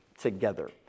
together